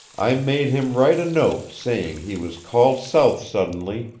i made him write a note saying he was called south suddenly,